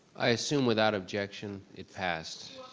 i assume without objection, it passed.